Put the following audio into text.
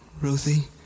Ruthie